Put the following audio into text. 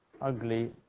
ugly